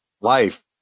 life